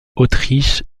autriche